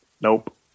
Nope